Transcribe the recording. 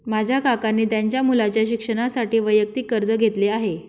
माझ्या काकांनी त्यांच्या मुलाच्या शिक्षणासाठी वैयक्तिक कर्ज घेतले आहे